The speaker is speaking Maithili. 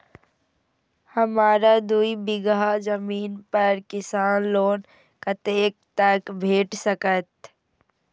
हमरा दूय बीगहा जमीन पर किसान लोन कतेक तक भेट सकतै?